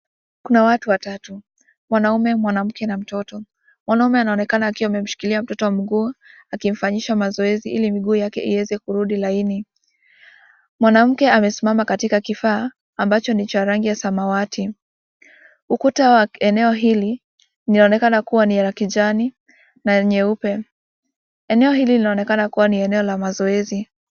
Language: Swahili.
Kuna watu watatu, mwanume, mwanamke na mtoto, mwanaume anaonekana akiwa amemshikilia mtoto mguu, akimfanyisha mazoezi, ili miguu yake iweze kurudi laini, mwanamke amesimama katika kifaa ambacho ni cha rangi ya samawati, ukuta la eneo hili, linaonekana kuwa ni la kijani, na nyeupe, eneo hili, linaonekana kuwa ni la mazoezi.